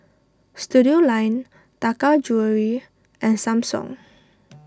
Studioline Taka Jewelry and Samsung